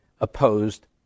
opposed